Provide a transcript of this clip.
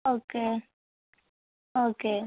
okay okay